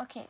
okay